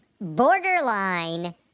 borderline